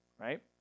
right